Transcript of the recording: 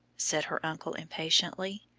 said her uncle impatiently.